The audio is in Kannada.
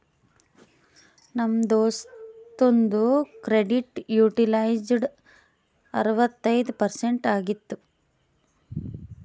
ನಮ್ ದೋಸ್ತುಂದು ಕ್ರೆಡಿಟ್ ಯುಟಿಲೈಜ್ಡ್ ಅರವತ್ತೈಯ್ದ ಪರ್ಸೆಂಟ್ ಆಗಿತ್ತು